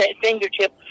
fingertip